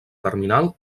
terminal